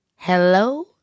Hello